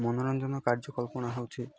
ମନୋରଞ୍ଜନ କାର୍ଯ୍ୟକଳ୍ପନା ହେଉଛି